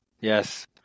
Yes